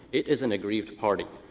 it is an aggrieved party.